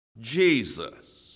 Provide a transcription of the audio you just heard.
Jesus